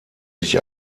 sich